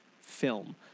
film